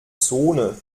zone